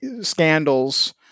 scandals